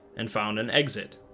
and found an exit